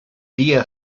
día